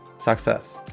success!